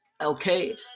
Okay